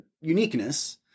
uniqueness